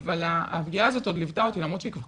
אבל הפגיעה הזאת, למרות שהיא כבר